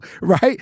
right